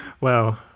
Wow